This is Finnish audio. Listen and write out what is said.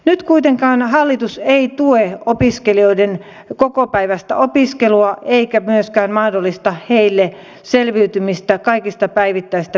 nyt kuitenkaan hallitus ei tue opiskelijoiden kokopäiväistä opiskelua eikä myöskään mahdollista heille selviytymistä kaikista päivittäisistä perusmenoista